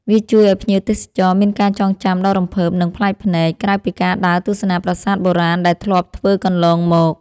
វាជួយឱ្យភ្ញៀវទេសចរមានការចងចាំដ៏រំភើប និងប្លែកភ្នែក ក្រៅពីការដើរទស្សនាប្រាសាទបុរាណដែលធ្លាប់ធ្វើកន្លងមក។